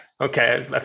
Okay